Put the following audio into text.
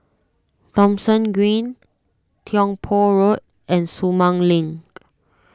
Thomson Green Tiong Poh Road and Sumang Link